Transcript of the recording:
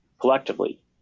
collectively